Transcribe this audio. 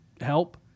help